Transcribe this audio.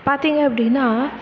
பார்த்திங்க அப்படின்னா